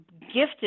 gifted